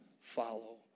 follow